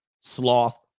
Sloth